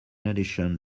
addition